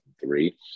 three